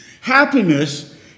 Happiness